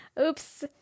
oops